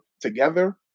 together